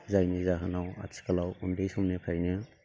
जायनि जाहोनाव आथिखालाव उन्दै समनिफ्रायनो